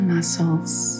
muscles